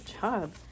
job